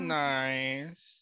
nice